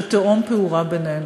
שתהום פעורה בינינו.